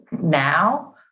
now